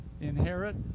inherit